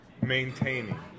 maintaining